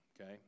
okay